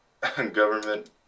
government